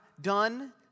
done